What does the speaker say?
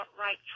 right